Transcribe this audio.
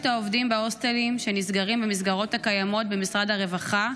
העובדים בהוסטלים שנסגרים במסגרות הקיימות במשרד הרווחה,